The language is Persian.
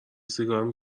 سیگار